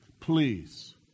please